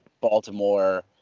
baltimore